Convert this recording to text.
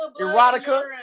erotica